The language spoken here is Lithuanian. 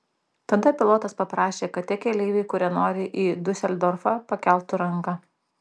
tada pilotas paprašė kad tie keleiviai kurie nori į diuseldorfą pakeltų ranką